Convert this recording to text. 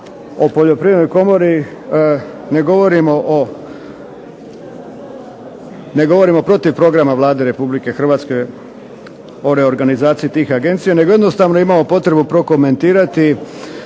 o poljoprivrednoj komori ne govorimo protiv Programa Vlade Republike Hrvatske o reorganizaciji tih agencija, nego jednostavno imamo potrebu prokomentirati